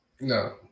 No